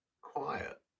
quiet